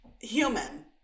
human